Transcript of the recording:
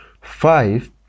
five